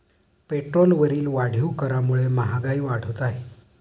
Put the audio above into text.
पेट्रोलवरील वाढीव करामुळे महागाई वाढत आहे